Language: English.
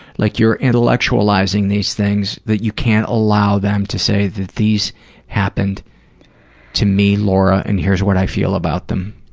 like you're intellectualizing these things, that you can't allow them to say that these happened to me, laura, and here's what i feel about them.